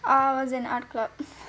I was in art club